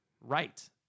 right